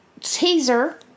teaser